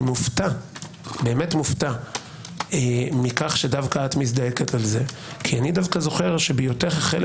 אני באמת מופתע מכך שדווקא את מזדעקת על זה כי אני זוכר שבהיותך חלק